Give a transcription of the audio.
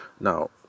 Now